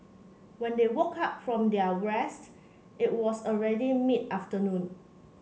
when they woke up from their rest it was already mid afternoon